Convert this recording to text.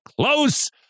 close